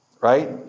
Right